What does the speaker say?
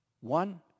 one